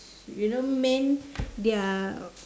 you know men they are